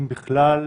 אם בכלל,